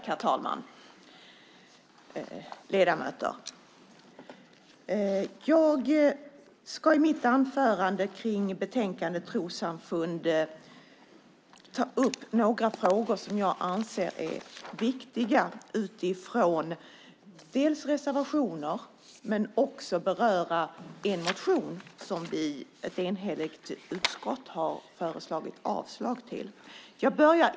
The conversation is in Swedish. Herr talman! Ledamöter! Jag ska i mitt anförande som rör betänkandet Trossamfund ta upp några frågor som jag anser är viktiga utifrån reservationerna. Jag ska även beröra en motion som ett enhälligt utskott har avstyrkt.